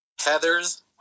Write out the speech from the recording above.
Heathers